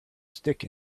stick